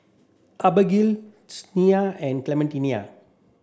Abagail and Clementina